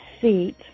seat